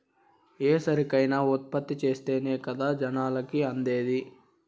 ఏ సరుకైనా ఉత్పత్తి చేస్తేనే కదా జనాలకి అందేది